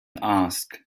asked